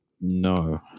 No